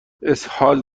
اسهال